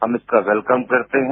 हम इसका वेलकम करते हैं